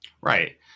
Right